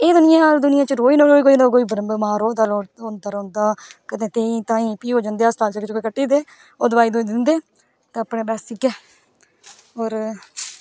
एह् ते निं है दुनियां च रौहै ना रौहै कोई ना कोई बमार होऐ दा होंदा रौंह्दा कदें तेईं ताईं भी ओह् जंदे अस्ताल चक्कर चुक्कर कट्टी जंदे ओह् दोआई दबूई दिंदे ते अपने बस इ'यै होर